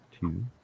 two